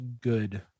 good